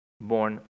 born